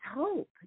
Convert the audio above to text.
hope